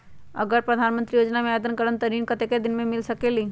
अगर प्रधानमंत्री योजना में आवेदन करम त ऋण कतेक दिन मे मिल सकेली?